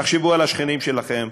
תחשבו על השכנים שלכם.